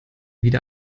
wieder